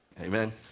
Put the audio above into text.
Amen